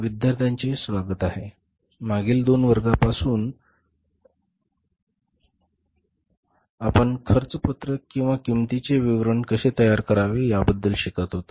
विद्यार्थ्यांनो आपले स्वागत आहे मागील दोन वर्गांपासून आपण खर्च पत्रक किंवा किंमतीचे विवरण कसे तयार करावे याबद्दल शिकत होतो